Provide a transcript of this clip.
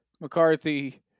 McCarthy